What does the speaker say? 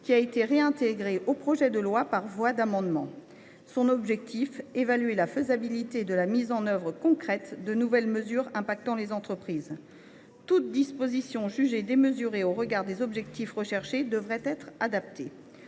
qui a été intégrée au projet de loi par voie d’amendement. L’objectif est d’évaluer la faisabilité de la mise en œuvre concrète de nouvelles mesures ayant un impact sur les entreprises, toute disposition jugée démesurée au regard des objectifs visés devant être adaptée.